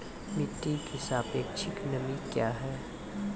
मिटी की सापेक्षिक नमी कया हैं?